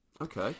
Okay